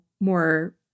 more